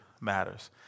matters